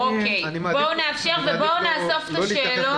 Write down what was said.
בואו נאפשר ובואו נאסוף את השאלות.